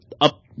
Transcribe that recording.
up